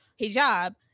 hijab